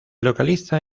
localiza